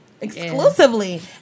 exclusively